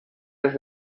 des